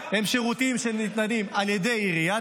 הם שירותים שניתנים על ידי עיריית